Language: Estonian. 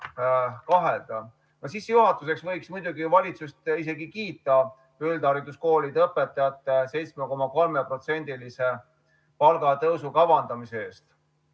Sissejuhatuseks võiks muidugi valitsust isegi kiita üldhariduskoolide õpetajatele 7,3%‑lise palgatõusu kavandamise eest,